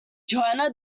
johanna